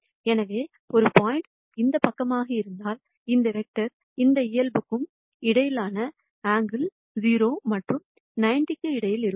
எனவே ஒரு பாயிண்ட் இந்த பக்கமாக இருந்தால் இந்த வெக்டர்ஸ் இந்த இயல்புக்கும் இடையிலான ஆங்கில் 0 மற்றும் 90 க்கு இடையில் இருக்கும்